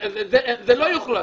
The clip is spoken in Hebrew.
לא יוחרג.